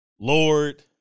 Lord